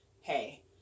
hey